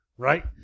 Right